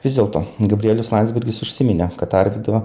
vis dėlto gabrielius landsbergis užsiminė kad arvydo